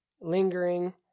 lingering